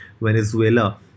Venezuela